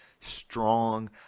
strong